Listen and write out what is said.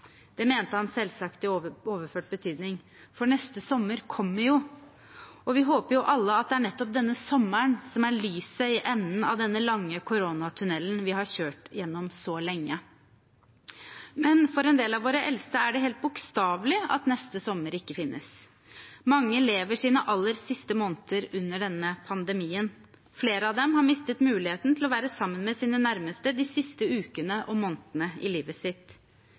kommer jo. Og vi håper jo alle at det er nettopp denne sommeren som er lyset i enden av denne lange koronatunnelen vi har kjørt gjennom så lenge. Men for en del av våre eldste er det helt bokstavelig at neste sommer ikke finnes. Mange lever sine aller siste måneder under denne pandemien. Flere av dem har mistet muligheten til å være sammen med sine nærmeste de siste ukene og månedene av livet sitt.